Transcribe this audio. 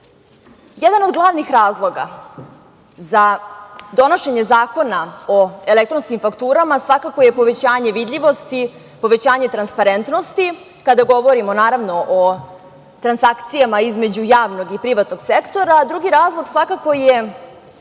od glavnih razloga za donošenje Zakona o elektronskim fakturama svakako je povećanje vidljivosti, povećanje transparentnosti, kada govorimo o transakcijama između javnog i privatnog sektora, a drugi razlog svakako je